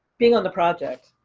being on the project.